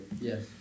Yes